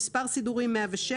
במספר סידורי 106,